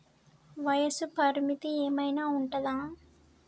వయస్సు పరిమితి ఏమైనా ఉంటుందా?